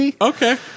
Okay